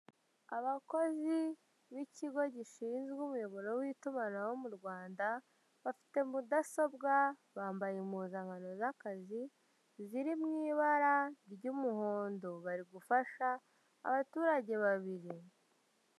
Abakozi b'ikigo gishinzwe umuyoboro w'itumanaho mu Rwanda, bafite mudasobwa bambaye impuzankano z'akazi ziri mu ibara ry'umuhondo bari gufasha abaturage babiri.